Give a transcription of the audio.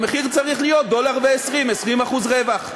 המחיר צריך להיות 1.2 דולר 20% רווח.